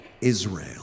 Israel